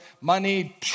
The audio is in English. money